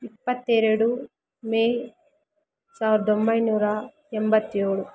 ಇಪ್ಪತ್ತೆರಡು ಮೇ ಸಾವಿರ್ದ ಒಂಬೈನೂರ ಎಂಬತ್ತೇಳು